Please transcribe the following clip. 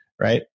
right